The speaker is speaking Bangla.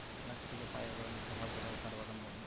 গাছ থিকে পাই এক ধরণের খাবার যেটাকে কাঠবাদাম বলে